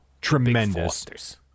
tremendous